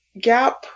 Gap